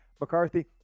McCarthy